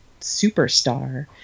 superstar